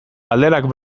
galderak